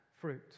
fruit